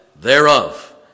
thereof